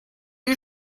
you